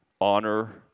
Honor